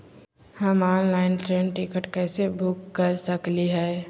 हम online train ticket कैसे book कर सकली हई?